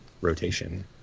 rotation